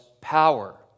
power